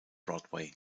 broadway